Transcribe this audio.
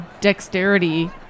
dexterity